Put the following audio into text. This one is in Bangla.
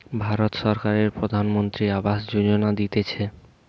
ভারত সরকারের প্রধানমন্ত্রী আবাস যোজনা দিতেছে